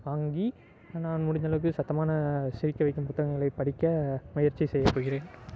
வாங்கி நான் முடிந்த அளவுக்கு சத்தமாக சிரிக்க வைக்கும் புத்தகங்களை படிக்க முயற்சி செய்ய போகிறேன்